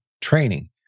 training